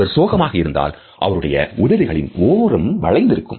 ஒருவர் சோகமாக இருந்தால் அவருடைய உதடுகளில் ஓரம் வளைந்திருக்கும்